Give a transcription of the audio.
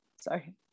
sorry